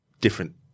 different